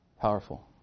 Powerful